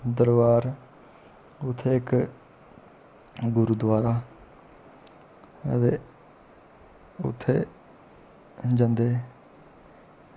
दरबार उत्थें इक गुरुद्वारा हा ते उत्थें जंदे